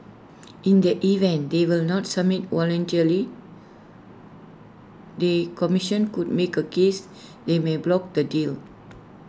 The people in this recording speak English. in the event they will not submit voluntarily the commission could make A case that may block the deal